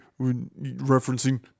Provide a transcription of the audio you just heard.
referencing